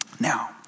Now